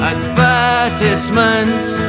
Advertisements